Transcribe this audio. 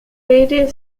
rede